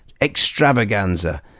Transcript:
extravaganza